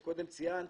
שקודם ציינת,